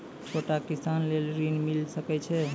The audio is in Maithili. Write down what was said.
छोटा किसान लेल ॠन मिलय छै?